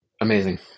amazing